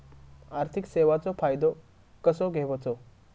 आर्थिक सेवाचो फायदो कसो घेवचो?